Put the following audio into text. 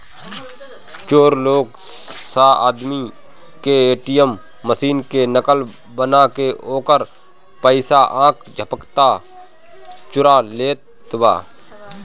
चोर लोग स आदमी के ए.टी.एम मशीन के नकल बना के ओकर पइसा आख झपकते चुरा लेत बा